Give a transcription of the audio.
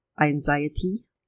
anxiety